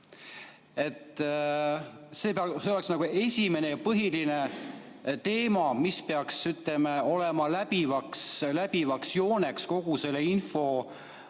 See oleks nagu esimene ja põhiline teema, mis peaks olema läbivaks jooneks kogu selles